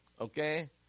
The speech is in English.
Okay